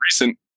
recent